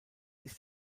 ist